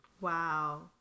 wow